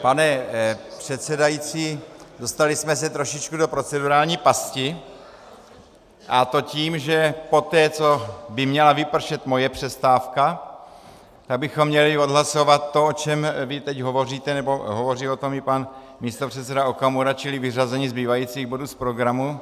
Pane předsedající, dostali jsme se trošičku do procedurální pasti, a to tím, že poté, co by měla vypršet moje přestávka, tak bychom měli odhlasovat to, o čem vy hovoříte, hovoří o tom i pan místopředseda Okamura, čili vyřazení zbývajících bodů z programu.